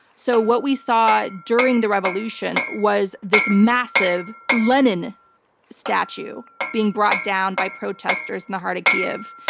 so what we saw during the revolution was this massive lenin statue being brought down by protesters in the heart of kyiv,